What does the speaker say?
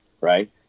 right